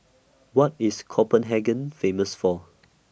What IS Copenhagen Famous For